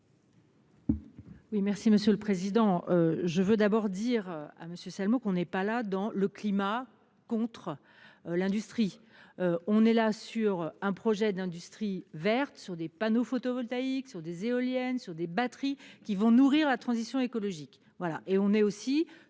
Oui, merci Monsieur le Président. Je veux d'abord dire à monsieur seulement qu'on n'est pas là dans le climat contre. L'industrie. On est là sur un projet d'industrie verte sur des panneaux photovoltaïques sur des éoliennes sur des batteries qui vont nourrir la transition écologique.